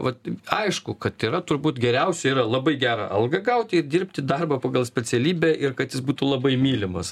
vat aišku kad yra turbūt geriausia yra labai gerą algą gauti ir dirbti darbą pagal specialybę ir kad jis būtų labai mylimas